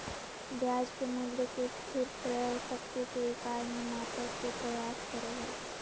ब्याज के मूल्य के स्थिर क्रय शक्ति के इकाई में मापय के प्रयास करो हइ